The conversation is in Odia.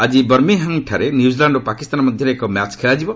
ଆଜି ବର୍ମିଂହାମ୍ଠାରେ ନ୍ୟୁଜିଲାଣ୍ଡ ଓ ପାକିସ୍ତାନ ମଧ୍ୟରେ ଏକ ମ୍ୟାଚ୍ ଖେଳାଯିବ